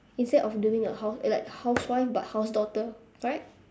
instead of doing a house eh like housewife but house daughter correct